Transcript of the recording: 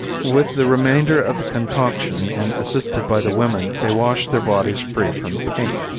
with the remainder of the concoction, and assisted by the women, they wash their bodies free from paint.